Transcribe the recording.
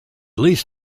least